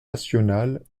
nationale